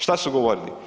Što su govorili?